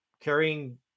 carrying